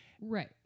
Right